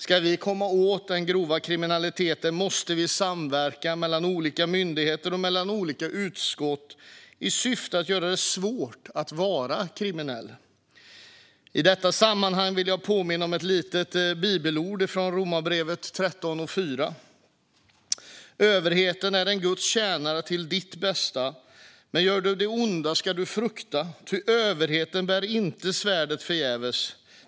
Ska vi komma åt den grova kriminaliteten måste vi samverka mellan olika myndigheter och mellan olika utskott i syfte att göra det svårt att vara kriminell. I detta sammanhang vill jag påminna om ett litet bibelord från Romarbrevet 13:4: Överheten är en Guds tjänare till ditt bästa. Men gör du det onda skall du frukta, ty överheten bär inte svärdet förgäves.